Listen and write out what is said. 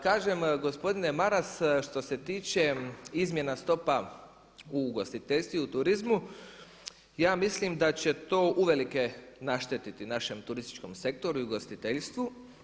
Kažem gospodine Maras što se tiče izmjena stopa u ugostiteljstvu i u turizmu ja mislim da će to uvelike naštetiti našem turističkom sektoru i ugostiteljstvu.